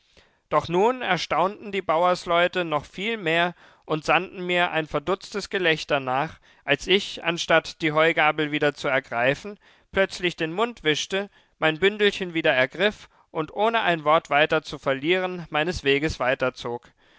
doch nun erstaunten die bauersleute noch viel mehr und sandten mir ein verdutztes gelächter nach als ich anstatt die heugabel wieder zu ergreifen plötzlich den mund wischte mein bündelchen wieder ergriff und ohne ein wort weiter zu verlieren meines weges weiterzog